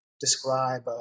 describe